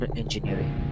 engineering